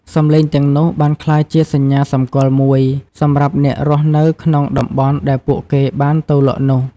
សំឡេងទាំងនោះបានក្លាយជាសញ្ញាសម្គាល់មួយ សម្រាប់អ្នករស់នៅក្នុងតំបន់ដែលពួកគេបានទៅលក់នោះ។